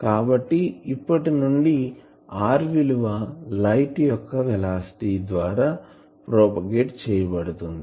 కాబట్టి ఇప్పటి నుండి r విలువ లైట్ యొక్క వెలాసిటీ ద్వారా ప్రోపగేట్ చేయబడుతుంది